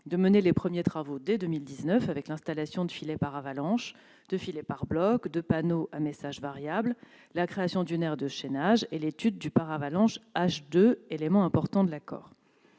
de mener les premiers travaux dès 2019 avec l'installation de filets paravalanches, de filets pare-blocs, de panneaux à messages variables, la création d'une aire de chaînage et l'étude du paravalanche H2, élément important de l'accord.